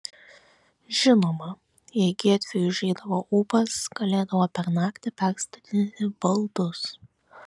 žinoma jei giedriui užeidavo ūpas galėdavo per naktį perstatinėti baldus